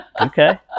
Okay